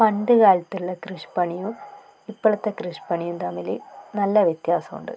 പണ്ടുകാലത്തുള്ള കൃഷിപ്പണിയും ഇപ്പോഴത്തെ കൃഷിപ്പണിയും തമ്മിൽ നല്ല വ്യത്യാസമുണ്ട്